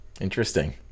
Interesting